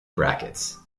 brackets